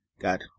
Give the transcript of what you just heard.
got